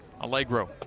Allegro